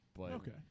Okay